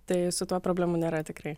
tai su tuo problemų nėra tikrai